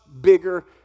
bigger